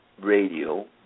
Radio